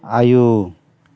आयौ